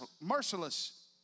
merciless